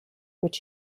which